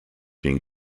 being